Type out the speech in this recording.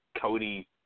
Cody